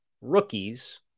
rookies